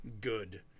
good